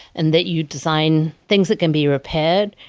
and that you design things that can be repaired?